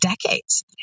decades